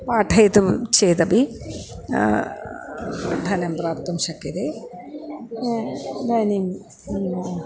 पाठयितुं चेदपि धनं प्राप्तुं शक्यते इदानीं